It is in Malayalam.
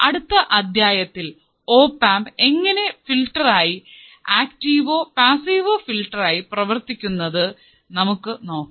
അടുത്ത അദ്ധ്യായത്തിൽ ഓപ്ആംപ് എങ്ങനെ ആക്റ്റീവോ പാസ്സീവ് ഫിൽട്ടർ ആയോ പ്രവർത്തിക്കുന്നത് എന്ന് നമുക്ക് നോക്കാം